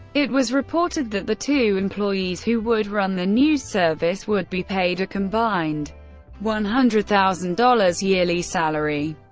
it was reported that the two employees who would run the news service would be paid a combined one hundred thousand dollars yearly salary.